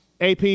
AP